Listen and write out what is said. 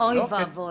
אוי ואבוי.